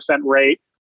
rate